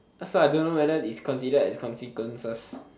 that's why I don't know whether it's considered as consequences